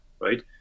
right